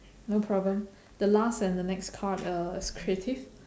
no problem the last and the next card uh is creative